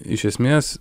iš esmės